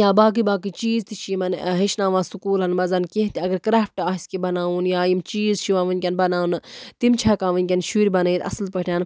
یا باقٕے باقٕے چیٖز تہِ چھِ یِمن ہٮ۪چھنان سکوٗلَن منٛز کینٛہہ تہِ اَگر کرافٹ آسہِ کیٚنٛہہ بَناوُن یا یِم چیٖز چھِ یِوان ونکیٚن بَناونہٕ تِم چھِ ہیٚکان ونکیٚن شُرۍ بَنٲیِتھ اَصٕل پٲٹھۍ